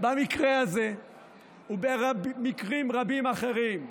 במקרה הזה ובמקרים רבים אחרים,